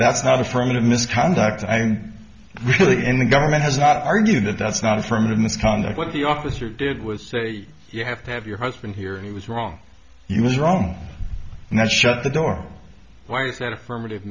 that's not affirmative misconduct in the government has not argued that that's not affirmative misconduct what the officer did was say you have to have your husband here and he was wrong he was wrong and that shut the door why is that affirmative